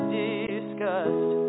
disgust